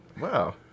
Wow